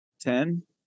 Ten